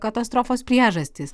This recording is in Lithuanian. katastrofos priežastys